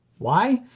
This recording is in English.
why?